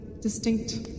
distinct